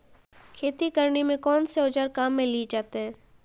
खेती करने में कौनसे औज़ार काम में लिए जाते हैं?